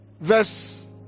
verse